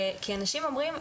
כי אנשים אומרים,